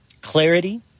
clarity